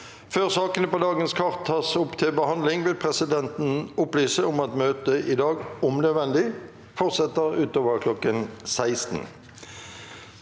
Før sakene på dagens kart tas opp til behandling, vil presidenten opplyse om at møtet i dag om nødvendig forsetter utover kl. 16.